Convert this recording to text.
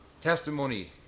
testimony